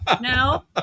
no